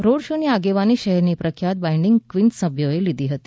road શોની આગેવાની શહેરની પ્રખ્યાત બાઇડિંગ ક્વીન્સના સભ્યોએ લીધી હતી